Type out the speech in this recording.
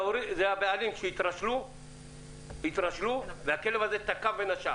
זה הבעלים שהתרשלו והכלב הזה שתקף ונשך.